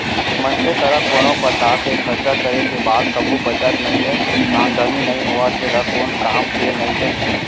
मनसे करा कोनो परकार के खरचा करे के बाद कभू बचत नइये, आमदनी नइ होवत हे त कोन काम के नइ हे